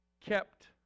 kept